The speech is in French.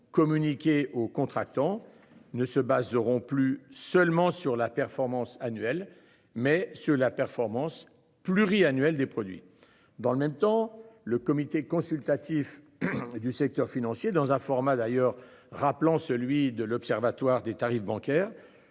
communiquées aux contrats contractants ne se auront plus seulement sur la performance annuelle mais sur la performance pluri-annuel des produits dans le même temps, le comité consultatif du secteur financier dans un format d'ailleurs rappelant celui de l'Observatoire des tarifs bancaires